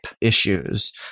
issues